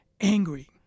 angry